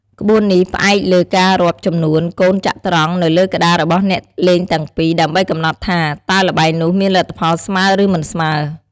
ក្បួននេះផ្អែកលើការរាប់ចំនួនកូនចត្រង្គនៅលើក្ដាររបស់អ្នកលេងទាំងពីរ ដើម្បីកំណត់ថា តើល្បែងនោះមានលទ្ធផលស្មើ ឬមិនស្មើ។